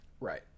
Right